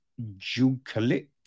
Jukalik